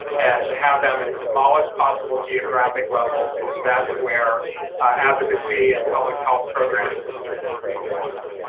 and to have them at the smallest possible geographic levels because that's where advocacy and public health programs and decisions need to happen.